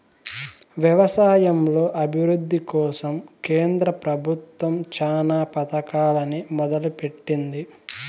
వ్యవసాయంలో అభివృద్ది కోసం కేంద్ర ప్రభుత్వం చానా పథకాలనే మొదలు పెట్టింది